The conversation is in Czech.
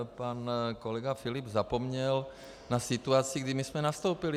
Pan kolega Filip zapomněl na situaci, kdy my jsme nastoupili.